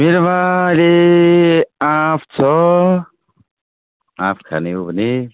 मेरोमा अहिले आँप छ आँप खाने हो भने